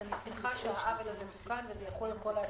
אז אני שמחה שהעוול הזה תוקן וזה יחול על כל העסקים.